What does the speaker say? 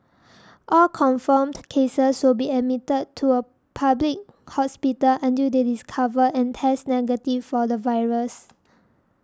all confirmed cases will be admitted to a public hospital until they discover and test negative for the virus